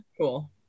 Cool